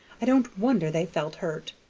i don't wonder they felt hurt!